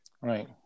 Right